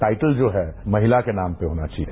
title जो है वो महिला के नाम पर होना चाहिए